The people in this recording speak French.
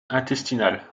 intestinale